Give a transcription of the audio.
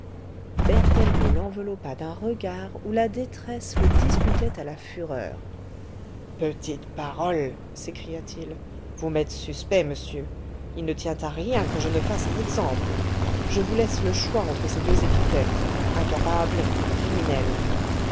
berthellemot l'enveloppa d'un regard où la détresse le disputait à la fureur petite parole s'écria-t-il vous m'êtes suspect monsieur il ne tient a rien que je ne fasse un exemple je vous laisse le choix entre ces deux épithètes incapable ou criminel